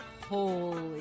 Holy